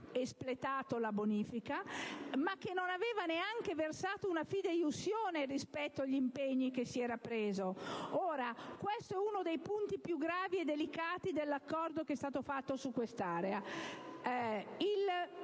espletata e che non aveva neanche versato una fideiussione rispetto agli impegni che aveva assunto. Ora, questo è uno dei punti più gravi e delicati dell'accordo che è stato fatto su quest'area. Il